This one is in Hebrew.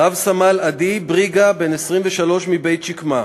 רב-סמל עדי בריגע, בן 23, מבית-שקמה,